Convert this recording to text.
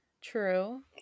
True